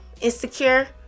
Insecure